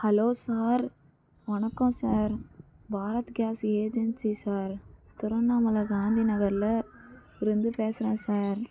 hello sir வணக்கம் sir Bharat gas agency sir Tiruvannamalai Gandhi நகரில் இருந்து பேசுறேன் சார்